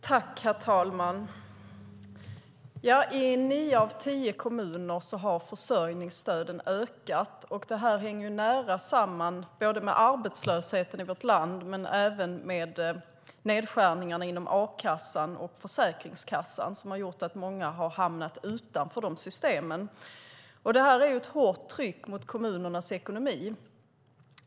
Herr talman! I nio kommuner av tio har försörjningsstödet ökat. Det hänger nära samman med arbetslösheten i vårt land och med nedskärningarna inom a-kassan och Försäkringskassan. Det har gjort att många har hamnat utanför systemen. Det är ett hårt tryck på kommunernas ekonomi.